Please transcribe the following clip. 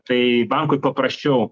tai bankui paprasčiau